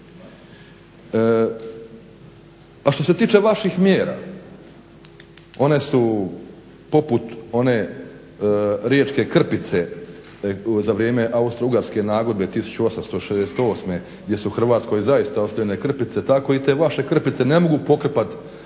A što se tiče vaših mjera one su poput one riječke krpice za vrijem Austro-ugarske nagodbe 1868. gdje su Hrvatskoj zaista ostavljene krpice, tako i te vaše krpice ne mogu pokrpat